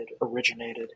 originated